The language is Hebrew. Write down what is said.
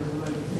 אדוני היושב-ראש,